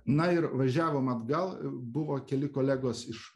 na ir važiavom atgal buvo keli kolegos iš